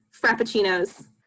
frappuccinos